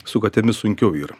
su katėmis sunkiau yra